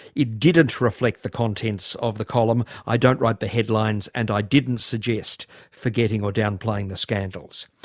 it didn't reflect the contents of the column. i don't write the headlines and i didn't suggest forgetting or downplaying the scandals.